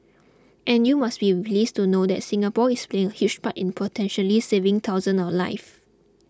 and you must be pleased to know that Singapore is playing a huge part in potentially saving thousands of lives